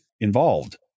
involved